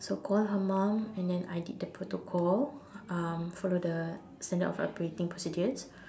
so call her mum and then I did the protocol um follow the standard of operating procedures